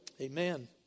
Amen